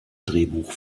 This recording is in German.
drehbuch